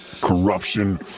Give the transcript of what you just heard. corruption